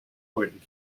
point